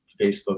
Facebook